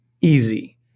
easy